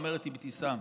אומרת אבתיסאם.